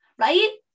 right